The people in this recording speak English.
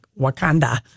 Wakanda